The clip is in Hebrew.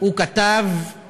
ידיהם של